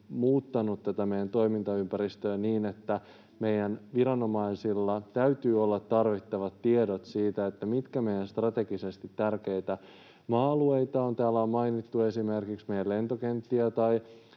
muuttanut tätä meidän toimintaympäristöämme niin, että meidän viranomaisilla täytyy olla tarvittavat tiedot siitä, mitkä meidän strategisesti tärkeitä maa-alueitamme ovat — täällä on mainittu esimerkiksi meidän lentokenttiämme